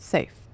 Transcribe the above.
Safe